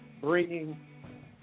Bringing